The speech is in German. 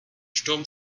sturm